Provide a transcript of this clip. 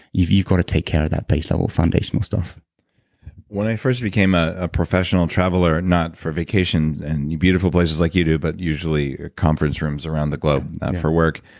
you've you've got to take care of that base level foundational stuff when i first became a professional traveler, not for vacation and beautiful places like you do, but usually conference rooms around the globe for work,